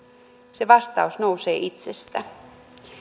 se vastaus nousee itsestä